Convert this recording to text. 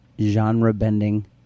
genre-bending